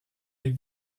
est